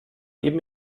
eben